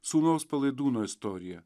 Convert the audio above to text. sūnaus palaidūno istorija